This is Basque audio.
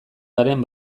garen